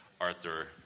Arthur